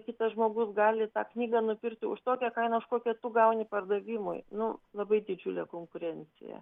kitas žmogus gali tą knygą nupirkti už tokią kainą už kokią tu gauni pardavimui nu labai didžiulė konkurencija